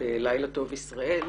בלילה טוב ישראל,